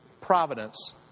providence